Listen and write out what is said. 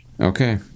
Okay